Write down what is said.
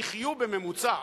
יחיו בממוצע,